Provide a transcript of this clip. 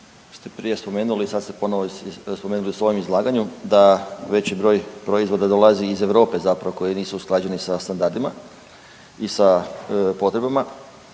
ste prije spomenuli i sad ste ponovo spomenuli u svojem izlaganju da veći broj proizvoda dolazi iz Europe zapravo koji nisu usklađeni sa standardima i sa potrebama,